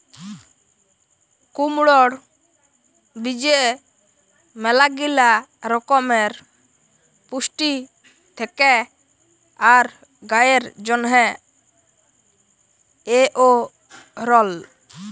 কুমড়র বীজে ম্যালাগিলা রকমের পুষ্টি থেক্যে আর গায়ের জন্হে এঔরল